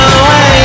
away